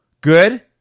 Good